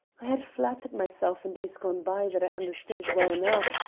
i had flattered myself in days gone by that i understood it well enough,